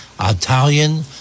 Italian